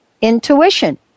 intuition